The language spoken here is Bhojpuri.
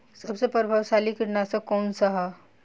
सबसे प्रभावशाली कीटनाशक कउन सा ह?